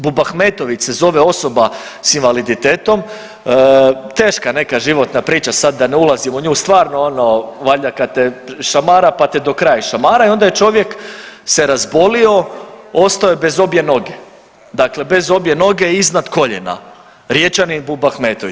Bubahmetović se zove osoba s invaliditetom, teška neka životna priča, sad da ne ulazim u nju, stvarno ono valjda kad te šamara, pa te do kraja išamara i onda je čovjek se razbolio, ostao je bez obje noge, dakle bez obje noge iznad koljena, Riječanin Bubahmetović.